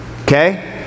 okay